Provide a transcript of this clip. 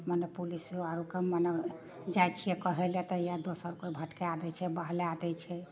मने पुलिसबो आरो कन मने जाइ छियै कहैलए तऽ इएह दोसर कोइ भटकए दै छै बहलए दै छै